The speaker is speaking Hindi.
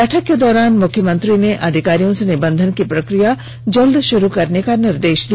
बैठक के दौरान मुख्यमंत्री ने अधिकारियों से निबंधन की प्रक्रिया जल्द शुरू करने का निर्देश दिया